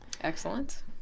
excellent